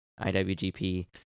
IWGP